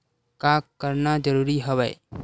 का करना जरूरी हवय?